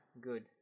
good